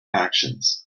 actions